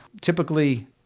Typically